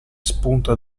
spunta